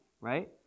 right